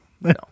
No